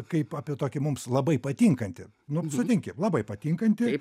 kaip apie tokį mums labai patinkantį nu sutinki labai patinkantį